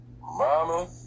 Mama